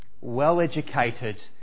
well-educated